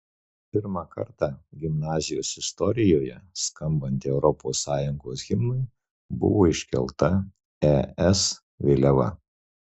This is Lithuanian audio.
pirmą kartą gimnazijos istorijoje skambant europos sąjungos himnui buvo iškelta es vėliava